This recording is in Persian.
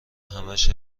همهاش